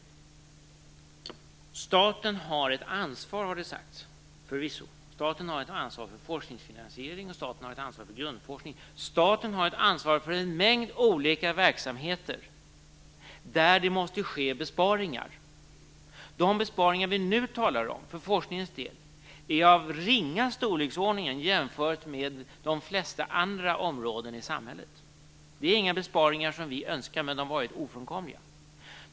Staten har ett ansvar, har det sagts. Det är förvisso sant. Staten har ett ansvar för forskningsfinansiering och grundforskning. Staten har ett ansvar för en mängd olika verksamheter som det måste ske besparingar i. De besparingar vi nu talar om för forskningens del är av ringa storlek om man jämför med de flesta andra områden i samhället. Det är inga besparingar vi önskar, men de har varit ofrånkomliga.